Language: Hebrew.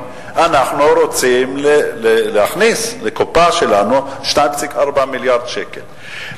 אנחנו רוצים להכניס לקופה שלנו 2.4 מיליארד שקל,